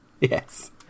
Yes